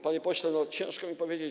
Panie pośle, ciężko mi powiedzieć.